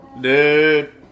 Dude